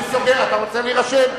אני סוגר, אתה רוצה להירשם?